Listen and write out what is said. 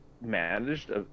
managed